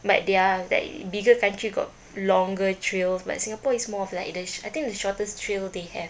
but their like bigger country got longer trails but singapore is more of like the I think the shortest trail they have